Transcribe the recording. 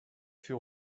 fut